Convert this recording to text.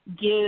give